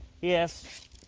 yes